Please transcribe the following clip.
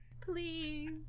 Please